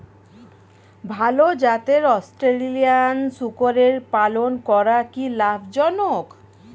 ভাল জাতের অস্ট্রেলিয়ান শূকরের পালন করা কী লাভ জনক?